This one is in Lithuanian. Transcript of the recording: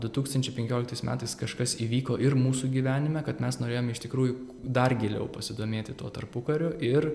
du tūkstančiai penkioliktais metais kažkas įvyko ir mūsų gyvenime kad mes norėjom iš tikrųjų dar giliau pasidomėti tuo tarpukariu ir